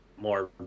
more